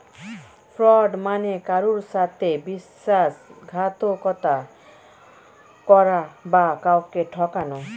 fraud মানে কারুর সাথে বিশ্বাসঘাতকতা করা বা কাউকে ঠকানো